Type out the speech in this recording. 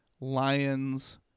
Lions